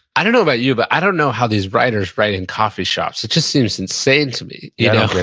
i don't know about you, but i don't know how these writers write in coffee shops. it just seems insane to me yeah,